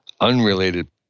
unrelated